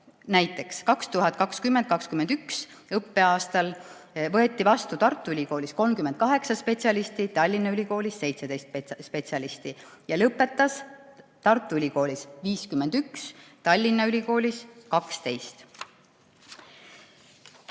Näiteks 2020/21. õppeaastal võeti vastu Tartu Ülikoolis 38 [tulevast] spetsialisti, Tallinna Ülikoolis 17 spetsialisti. Lõpetas Tartu Ülikoolis 51, Tallinna Ülikoolis 12.